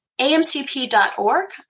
amcp.org